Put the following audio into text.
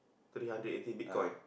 today hundred eighty bitcoin